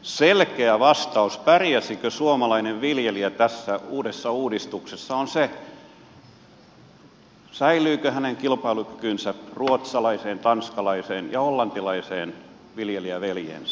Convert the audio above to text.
selkeä vastaus kysymykseen pärjäisikö suomalainen viljelijä tässä uudessa uudistuksessa liittyy siihen säilyykö hänen kilpailukykynsä suhteessa ruotsalaiseen tanskalaiseen ja hollantilaiseen viljelijäveljeensä